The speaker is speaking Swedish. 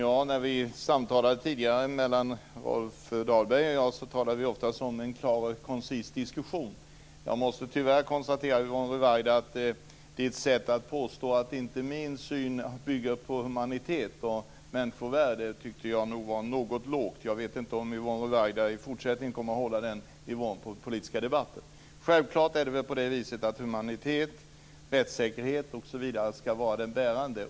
Herr talman! Tidigare när Rolf Dahlberg och jag samtalade var det oftast fråga om en klar och koncis diskussion. Tyvärr måste jag konstatera att Yvonne Ruwaidas sätt att påstå att min syn inte bygger på humanitet och människovärde nog låg på en något låg nivå. Om Yvonne Ruwaida också i fortsättningen kommer att hålla den nivån på den politiska debatten vet jag inte. Självklart är det väl så att humanitet, rättssäkerhet osv. skall vara bärande.